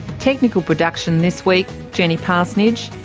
technical production this week jenny parsonage,